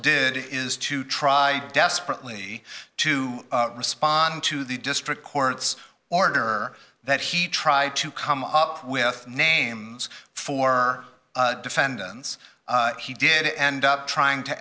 did is to try desperately to respond to the district court's order that he tried to come up with names for defendants he did end up trying to